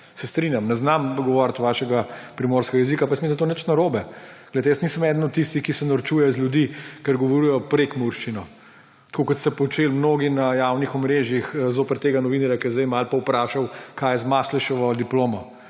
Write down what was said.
Se strinjam, ne znam govoriti vašega primorskega jezika, pa jaz mislim, da s tem ni nič narobe. Glejte, jaz nisem eden od tistih, ki se norčuje iz ljudi, ker govorijo prekmurščino, tako kot ste počeli mnogi na javnih omrežjih zoper tega novinarja, ki je zdaj malo povprašal, kaj je z Masleševo diplomo,